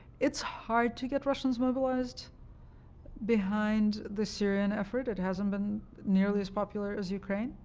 it's hard to get russians mobilized behind the syrian effort. it hasn't been nearly as popular as ukraine.